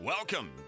Welcome